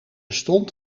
stond